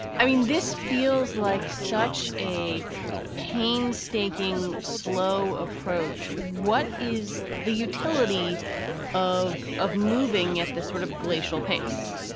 i mean, this feels like such a painstaking, slow approach. what is the utility of of moving at this sort of glacial pace?